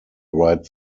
write